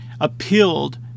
appealed